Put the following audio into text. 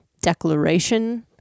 declaration